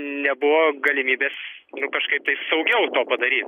nebuvo galimybės kažkaip tai saugiau to padaryt